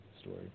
story